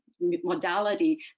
modality